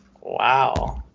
Wow